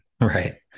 Right